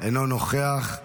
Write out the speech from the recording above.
אינו נוכח.